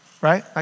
right